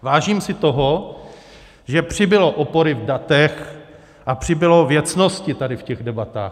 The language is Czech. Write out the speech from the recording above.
Vážím si toho, že přibylo opory v datech a přibylo věcnosti tady v těch debatách.